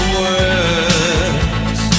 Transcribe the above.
words